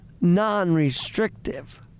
non-restrictive